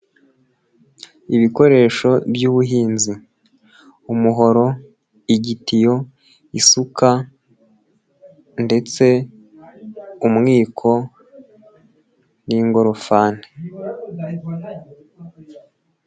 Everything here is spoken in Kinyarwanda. Ibikoresho by'ubuhinzi, umuhoro, igitiyo, isuka, ndetse umwiko n'ingorofani.